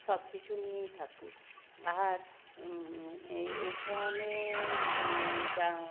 সব কিছু নিয়েই থাকে আর এখানে যা